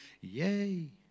Yay